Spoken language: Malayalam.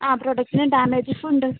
ആ പ്രൊഡക്ടിന് ഡാമേജസ് ഉണ്ട്